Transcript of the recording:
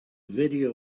video